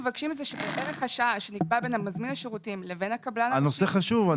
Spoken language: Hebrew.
שערך השעה שנקבע בין מזמין השירותים לבין הקבלן --- הנושא חשוב.